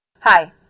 Hi